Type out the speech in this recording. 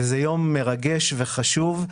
וזה יום מרגש וחשוב.